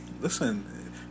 Listen